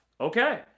Okay